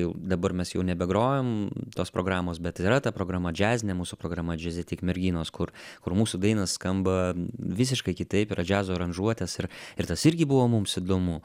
jau dabar mes jau nebegrojam tos programos bet yra ta programa džiazinė mūsų programa džiaze tik merginos kur kur mūsų dainos skamba visiškai kitaip yra džiazo aranžuotės ir ir tas irgi buvo mums įdomu